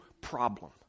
Problem